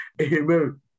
amen